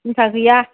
सिनथा गैया